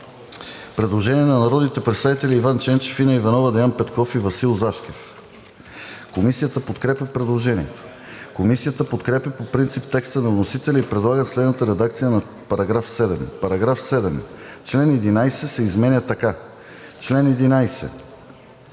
предложение от народните представители Иван Ченчев, Инна Иванова, Деян Петков u Васил Зашкев. Комисията подкрепя предложението. Комисията подкрепя по принцип текста на вносителя и предлага следната редакция на § 7: „§ 7. Член 11 се изменя така: „Чл. 11.